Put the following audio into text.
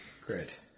great